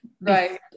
right